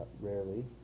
rarely